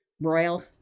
broil